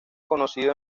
conocido